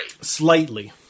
Slightly